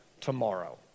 Tomorrow